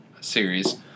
series